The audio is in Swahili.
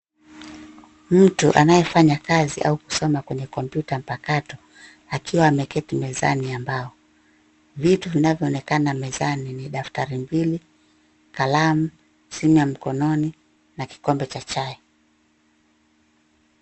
Mtu anayefanya kazi au kusoma kwenye kompyuta mpakato akiwa ameketi mezani ya mbao. Vitu vinavyoonekana mezani ni daftari mbili, kalamu, simu ya mkononi na kikombe cha chai.